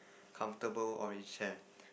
comfortable orange hair